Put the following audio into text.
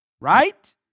Right